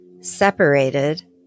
separated